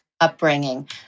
upbringing